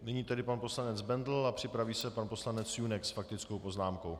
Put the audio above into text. Nyní pan poslanec Bendl, připraví se pan poslanec Junek s faktickou poznámkou.